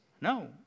No